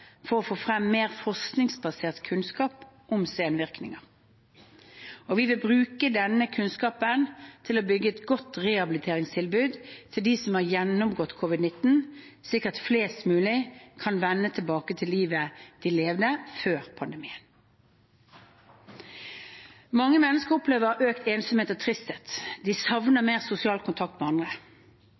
for å få frem mer forskningsbasert kunnskap om senvirkninger. Vi vil bruke denne kunnskapen til å bygge et godt rehabiliteringstilbud til dem som har gjennomgått covid-19, slik at flest mulig kan vende tilbake til livet de levde før pandemien. Mange mennesker opplever økt ensomhet og tristhet, og de savner mer sosial kontakt med andre.